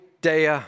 dea